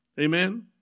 Amen